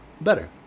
better